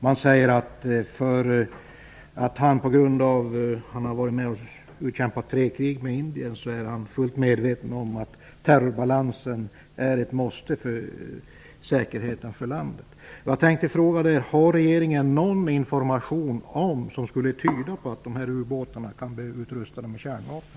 Han säger att han, på grund av att han har varit med om att utkämpa tre krig mot Indien, är fullt medveten om att terrorbalansen är ett måste för landets säkerhet. Jag tänkte fråga om regeringen har fått någon information som tyder på att dessa ubåtar kan bli utrustade med kärnvapen.